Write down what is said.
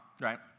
right